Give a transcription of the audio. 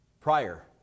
prior